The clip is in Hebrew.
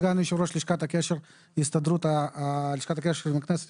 סגן יושב ראש לשכת הקשר עם הכנסת,